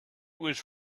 was